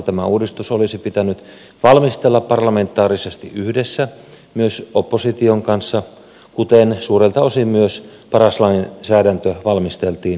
tämä uudistus olisi pitänyt valmistella parlamentaarisesti yhdessä myös opposition kanssa kuten suurelta osin myös paras lainsäädäntö valmisteltiin aiemmin